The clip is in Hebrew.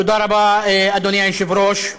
תודה רבה, אדוני היושב-ראש.